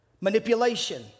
Manipulation